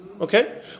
okay